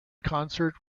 concert